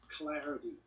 clarity